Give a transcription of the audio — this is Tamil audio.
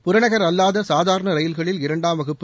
புறநகர் அல்லாத சாதாரண ரயில்களில் இரண்டாம் வகுப்பு